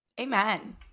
Amen